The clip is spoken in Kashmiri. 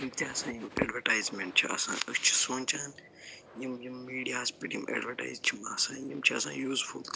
یِم تہِ ہَسا یِم اٮ۪ڈوٹایزمٮ۪نٛٹ چھِ آسان أسۍ چھِ سونٛچان یِم یِم میٖڈیاہس پٮ۪ٹھ یِم اٮ۪ڈوٹایز چھِ باسان یِم چھِ آسان یوٗزفُل تہِ